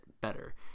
better